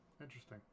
interesting